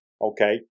Okay